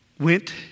Went